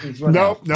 no